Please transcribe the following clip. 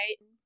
right